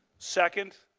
second,